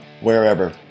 wherever